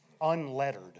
unlettered